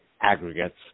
aggregates